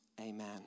Amen